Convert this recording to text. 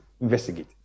investigate